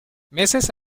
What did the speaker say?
meses